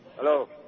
Hello